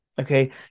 okay